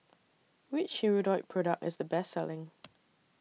Which Hirudoid Product IS The Best Selling